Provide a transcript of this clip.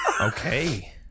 okay